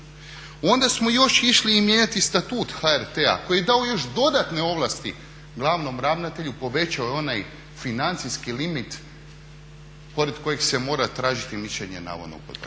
onda smo još išli i mijenjati Statut HRT-a koji je dao još dodatne ovlasti glavnom ravnatelju, povećao je onaj financijski limit pored kojeg se mora tražiti mišljenje na ovo on